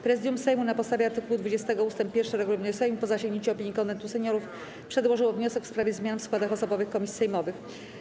Prezydium Sejmu na podstawie art. 20 ust. 1 regulaminu Sejmu, po zasięgnięciu opinii Konwentu Seniorów, przedłożyło wniosek w sprawie zmian w składach osobowych komisji sejmowych.